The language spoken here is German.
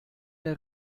der